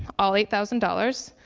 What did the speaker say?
all eight thousand dollars.